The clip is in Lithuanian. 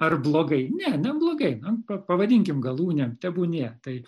ar blogai ne neblogiai na pa pavadinkim galūnėm tebūnie tai